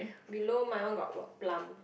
below my one got what plum